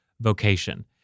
vocation